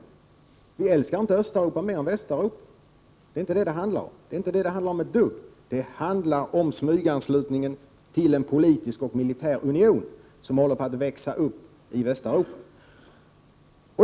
Vi älskar inte Östeuropa mer än Västeuropa. Det är inte vad det handlar om, utan det handlar om den smyganslutning till en politisk och militär union som håller på att växa fram i Västeuropa.